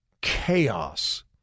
chaos